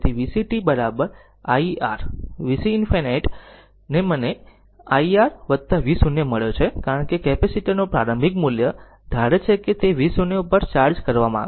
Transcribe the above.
તેથી vc t I R vc infinity ને મને I R v0 મળ્યો છે કારણ કે કેપેસીટર નું પ્રારંભિક મૂલ્ય ધારે છે કે તે v0પર ચાર્જ કરવામાં આવે છે